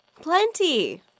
Plenty